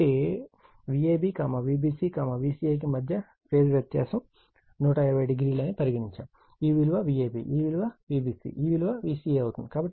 కాబట్టి నేను Vab Vbc Vca కి మధ్య ఫేజ్ వ్యత్యాసం 120o అని పరిగణించాను ఈ విలువ Vab ఈ విలువ Vbc ఈ విలువ Vca అవుతుంది